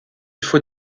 faut